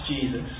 Jesus